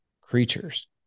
creatures